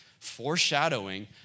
Foreshadowing